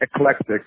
eclectic